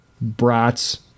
brats